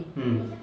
mm